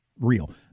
real